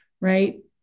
right